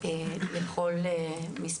אבל כל הנושא מונח אצלכם בהתייחסות שכתבנו,